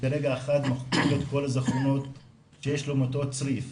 ברגע אחד מוחקים לו את כל הזיכרונות שיש לו מאותו צריף.